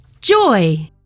joy